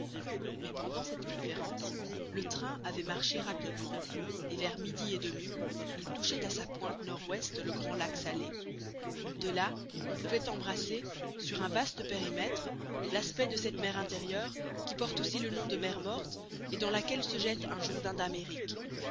mais pendant cette conférence le train avait marché rapidement et vers midi et demi il touchait à sa pointe nord-ouest le grand lac salé de là on pouvait embrasser sur un vaste périmètre l'aspect de cette mer intérieure qui porte aussi le nom de mer morte et dans laquelle se jette un jourdain d'amérique